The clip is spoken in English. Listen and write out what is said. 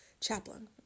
chaplain